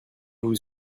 vous